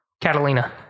Catalina